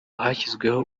hashyizweho